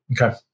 Okay